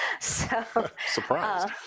Surprised